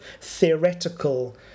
theoretical